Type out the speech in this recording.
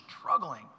struggling